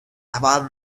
about